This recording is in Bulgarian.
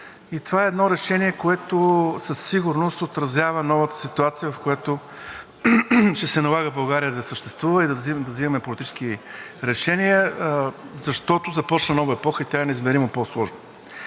Това е едно решение, което със сигурност отразява новата ситуация, в която ще се налага България да съществува и да взимаме политически решения. Защото започна нова епоха и тя е неизмеримо по-сложна.